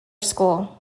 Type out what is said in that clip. school